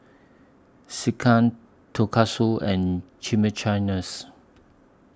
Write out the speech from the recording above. Sekihan Tonkatsu and Chimichangas